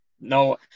no